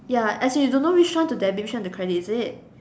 ya as in you don't know which one to debit which one to credit is it